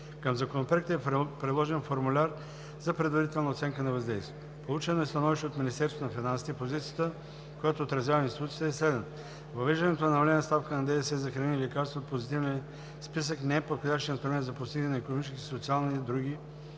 Към Законопроекта е приложен формуляр за предварителна оценка на въздействието. Получено е становище от Министерството на финансите. Позицията, която отразява институцията, е следната: въвеждането на намалена ставка на ДДС за храни и лекарства от позитивния списък не е подходящ инструмент за постигане на икономически, социални и други